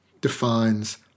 defines